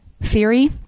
theory